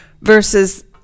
versus